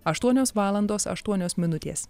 aštuonios valandos aštuonios minutės